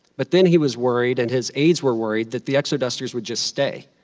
but then he was worried and his aides were worried that the exodusters would just stay,